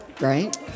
right